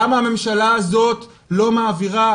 למה הממשלה הזאת לא מעבירה,